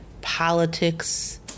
politics